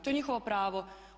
To je njihovo pravo.